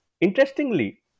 Interestingly